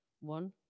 one